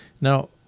Now